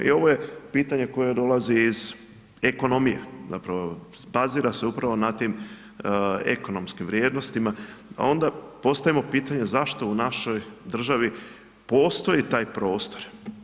I ovo je pitanje koje dolazi iz ekonomije, zapravo bazira se upravo na tim ekonomskim vrijednostima, a onda postavimo pitanje zašto u našoj državi postoji taj prostor.